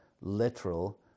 literal